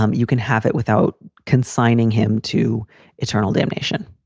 um you can have it without consigning him to eternal damnation.